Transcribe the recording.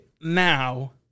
now